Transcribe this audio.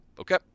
okay